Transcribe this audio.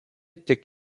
tik